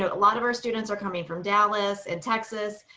a lot of our students are coming from dallas and texas,